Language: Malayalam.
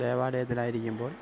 ദേവാലയത്തിലായിരിക്കുമ്പോള്